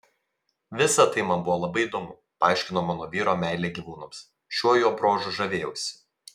visa tai man buvo labai įdomu paaiškino mano vyro meilę gyvūnams šiuo jo bruožu žavėjausi